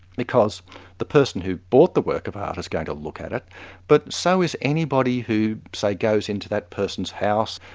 because the person who bought the work of art is going to look at it but so is anybody who say, goes into that person's house.